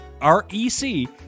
R-E-C